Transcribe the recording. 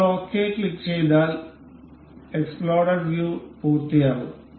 നിങ്ങൾ ഓകെ ക്ലിക്കുചെയ്താൽ exploded view പൂർത്തിയാകും